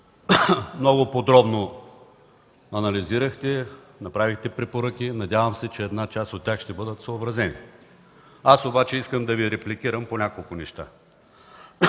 Много подробно анализирахте, направихте препоръки, надявам се, че една част от тях ще бъдат съобразени. Аз обаче искам да Ви репликирам по няколко неща.